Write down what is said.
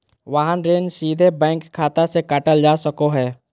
वाहन ऋण सीधे बैंक खाता से काटल जा सको हय